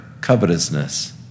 covetousness